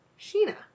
sheena